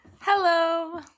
Hello